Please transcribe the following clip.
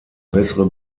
bessere